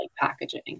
packaging